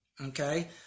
Okay